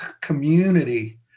community